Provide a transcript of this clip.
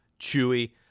chewy